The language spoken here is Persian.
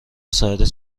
ساعت